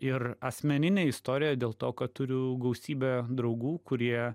ir asmenine istorija dėl to kad turiu gausybę draugų kurie